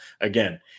Again